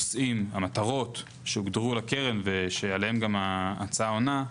המטרות שהוגדרו לקרן ושעליהן ההצעה גם עונה,